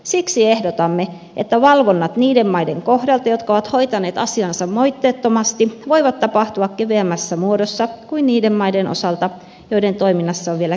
siksi ehdotamme että valvonnat niiden maiden kohdalta jotka ovat hoitaneet asiansa moitteettomasti voivat tapahtua keveämmässä muodossa kuin niiden maiden osalta joiden toiminnassa on vielä kehitettävää